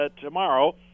tomorrow